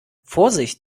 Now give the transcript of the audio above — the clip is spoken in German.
vorsicht